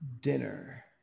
dinner